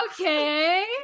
Okay